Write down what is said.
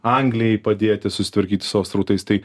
anglijai padėti susitvarkyt su savo srautais tai